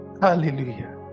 hallelujah